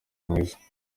mwiza